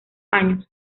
años